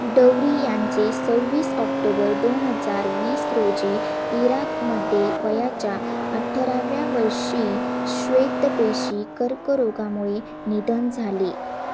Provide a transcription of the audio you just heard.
डौरी यांचे सव्वीस ऑक्टोबर दोन हजार वीस रोजी इराकमध्ये वयाच्या अठ्याहत्तराव्या वर्षी श्वेेतपेशी कर्करोगामुळे निधन झाले